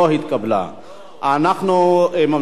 אנחנו ממשיכים בסדר-היום.